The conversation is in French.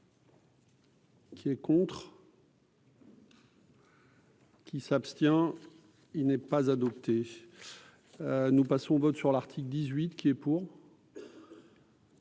Qui est contre. Qui s'abstient, il n'est pas adopté, nous passons au vote sur l'article 18 qui est pour.